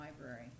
Library